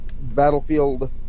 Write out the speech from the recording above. Battlefield